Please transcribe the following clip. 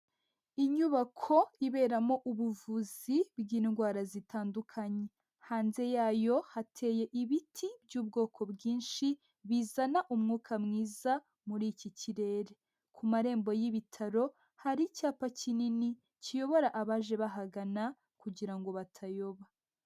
Inyubako iberamo ubuvuzi bw'indwara zitandukanye, hanze yayo hateye ibiti by'ubwoko bwinshi bizana umwuka mwiza muri iki kirere, ku marembo y'ibitaro hari icyapa kinini, kiyobora abaje bahagana kugira ngo batayoba.